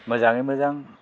मोजाङै मोजां